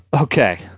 Okay